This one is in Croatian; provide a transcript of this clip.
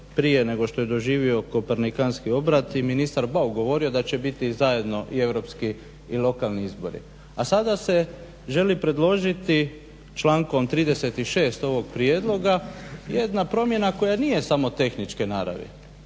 prije nego je doživio Kopernikanski obrat i ministar Bauk govorio da će biti zajedno i Europski i lokalni izbori. A sada se želi predložiti člankom 36. ovog prijedloga jedna promjena koja nije samo tehničke naravi,